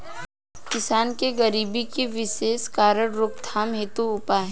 किसान के गरीबी के विशेष कारण रोकथाम हेतु उपाय?